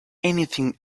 anything